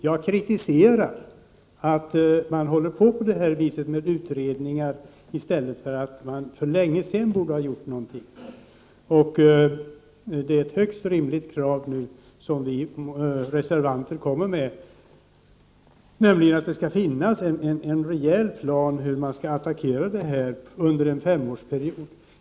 Jag kritiserar att man fortsätter på det här viset med utredningar i stället för att göra någonting. Det är ett högst rimligt krav som vi reservanter kommer med, nämligen att det skall finnas en rejäl plan för hur frågan om övergång till civil produktion skall attackeras under en femårsperiod.